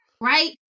right